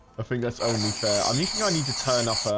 think that's only fair. i'm you think i need to turn up.